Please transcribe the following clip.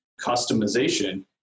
customization